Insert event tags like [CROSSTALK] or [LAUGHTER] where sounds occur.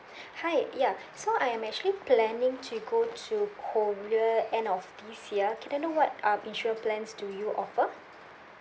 [BREATH] hi ya so I'm actually planning to go to korea end of this year can I know what uh insurance plans do you offer